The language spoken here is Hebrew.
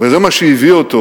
וזה מה שהביא אותו